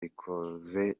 bikoze